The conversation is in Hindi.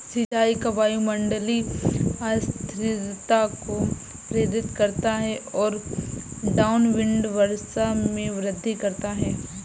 सिंचाई का वायुमंडलीय अस्थिरता को प्रेरित करता है और डाउनविंड वर्षा में वृद्धि करता है